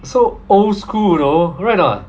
so old school you know right or not